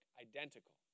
identical